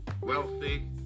wealthy